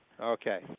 Okay